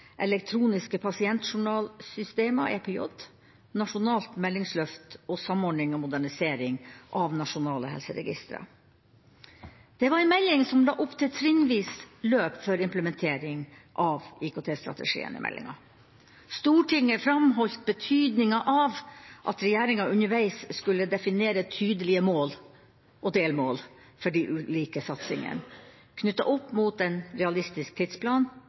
elektroniske pasientjournalsystemer – EPJ – nasjonalt meldingsløft og samordning og modernisering av nasjonale helseregistre. Det var en melding som la opp til trinnvis løp for implementering av IKT-strategien i meldinga. Stortinget framholdt betydninga av at regjeringa underveis skulle definere tydelige mål og delmål for de ulike satsingene, knyttet opp mot en realistisk tidsplan